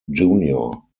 junior